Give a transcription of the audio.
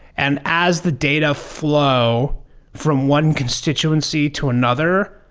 and as the data flow from one constituency to another,